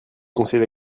conseils